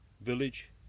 village